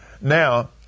Now